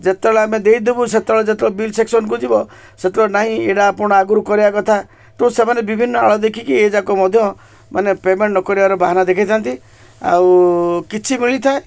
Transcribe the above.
ଯେତେବେଳେ ଆମେ ଦେଇଦେବୁ ସେତେବେଳେ ଯେତେବେଳେ ବିଲ୍ ସେକ୍ସନ୍କୁ ଯିବ ସେତେବେଳେ ନାହିଁ ଏଇଟା ଆପଣ ଆଗରୁ କରିବା କଥା ତ ସେମାନେ ବିଭିନ୍ନ ଆଳ ଦେଖେଇକି ଏଯାକ ମଧ୍ୟ ମାନେ ପେମେଣ୍ଟ ନ କରିବାର ବାହାନା ଦେଖେଇଥାନ୍ତି ଆଉ କିଛି ମିଳିଥାଏ